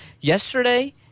Yesterday